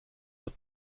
wird